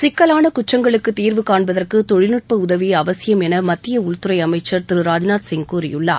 சிக்கலான குற்றங்களுக்குத் தீர்வு காண்பதற்கு தொழில்நட்ப உதவி அவசியம் என மத்திய உள்துறை அமைச்சர் திரு ராஜ்நாத் சிங் கூறியுள்ளார்